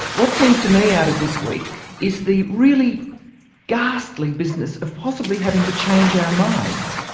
what seems to me out of this week is the really ghastly business of possibly having to change our minds.